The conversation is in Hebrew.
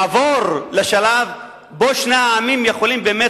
לעבור לשלב שבו שני העמים יכולים באמת